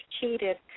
cheated